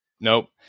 Nope